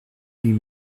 huit